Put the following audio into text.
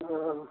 ꯑ